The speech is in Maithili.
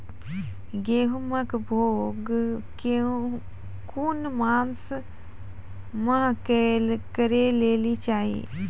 गेहूँमक बौग कून मांस मअ करै लेली चाही?